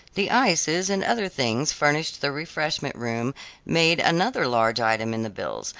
the ices and other things furnished the refreshment room made another large item in the bills,